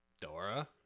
Dora